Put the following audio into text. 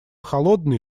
холодный